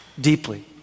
deeply